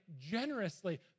generously